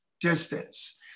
distance